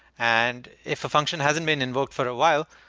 and if a function hasn't been invoke for a while,